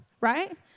right